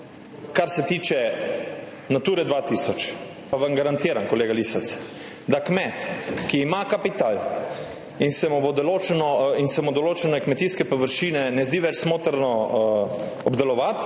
kar se tiče Nature 2000, garantiram vam, kolega Lisec, da kmet, ki ima kapital in se mu določene kmetijske površine ne zdi več smotrno obdelovati,